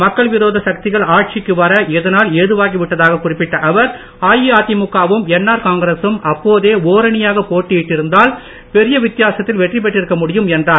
மக்கள் விரோத சக்திகள் ஆட்சிக்கு வர இதனால் ஏதுவாகி விட்டதாக்க் குறிப்பிட்ட அவர் அஇஅதிமுக வும் என்ஆர் காங்கிரசும் அப்போதே ஓரணியாக போட்டி இட்டிருந்தால் பெரிய வித்தியாசத்தில் வெற்றிபெற்றிருக்க முடியும் என்றார்